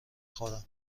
خورم